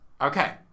Okay